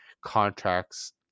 contracts